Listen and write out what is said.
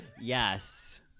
Yes